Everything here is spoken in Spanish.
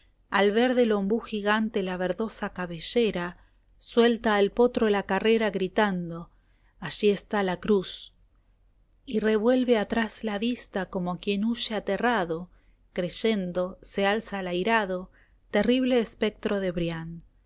al ver del ombú gigante la verdosa cabellera suelta al potro la carrera gritando allí está la cruz la palmera en los arenales de arabia ni al hombre pero si fresca y resalada sombra en los ardoros del estío la cautiva y revuelve atrás la vista como quien huye aterrado creyendo se alza el airado terrible espectro de brian